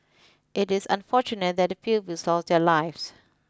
it is unfortunate that pupils lost their lives